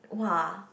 [wah]